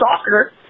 soccer